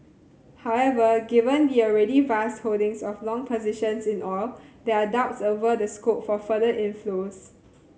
however given the already vast holdings of long positions in oil there are doubts over the scope for further inflows